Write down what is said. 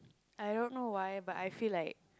I don't know why but I feel like